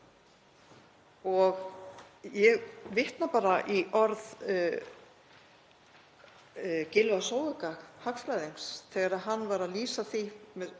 Ég vitna bara í orð Gylfa Zoëga hagfræðings þegar hann var að lýsa því,